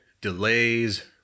delays